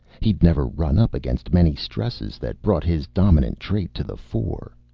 he'd never run up against many stresses that brought his dominant trait to the fore.